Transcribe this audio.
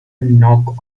knock